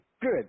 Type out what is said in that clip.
good